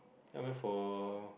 ya I went for